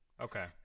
okay